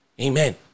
Amen